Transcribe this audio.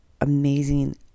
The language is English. amazing